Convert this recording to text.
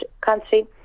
country